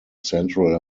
central